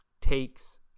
takes